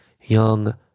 young